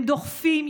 הם דוחפים,